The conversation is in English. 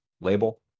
label